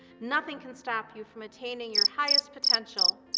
nothing can stop you from attaining your highest potential.